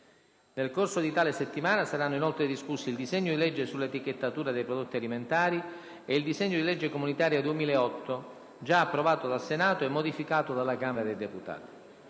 Nel corso di tale settimana saranno inoltre discussi il disegno di legge sull'etichettatura dei prodotti alimentari e il disegno di legge comunitaria 2008, già approvato dal Senato e modificato dalla Camera dei deputati.